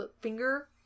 finger